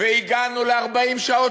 והגענו ל-40 שעות,